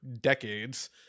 decades